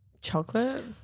chocolate